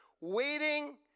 waiting